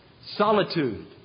solitude